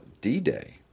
D-Day